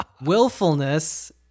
willfulness